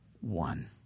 One